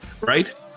right